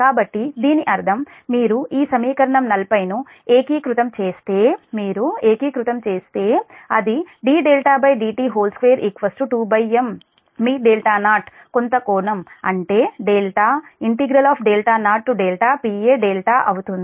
కాబట్టి దీని అర్థం మీరు ఈ సమీకరణం 40 ను ఏకీకృతం చేస్తే మీరు ఏకీకృతం చేస్తే అది dδdt2 2M మీ 0 కొంత కోణం అంటే δ0Pa dδ అవుతుంది